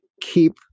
keep